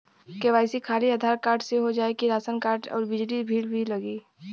KYC खाली Aadhaar card से हो जाए कि राशन कार्ड अउर बिजली बिल भी लगी?